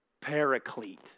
paraclete